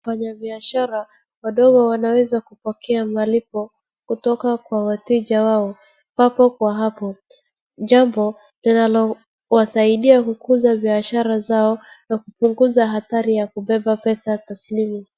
Wafanya biashara wadogo wanaweza kupokea malipo kutoka kwa wateja wao papo kwa hapo. Jambo linalowasaidia kukuza biashara zao na kupunguza hatari ya kubeba pesa taslimu.